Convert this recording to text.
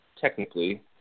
technically